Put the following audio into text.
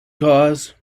cause